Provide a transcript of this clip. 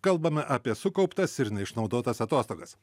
kalbame apie sukauptas ir neišnaudotas atostogas